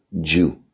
Jew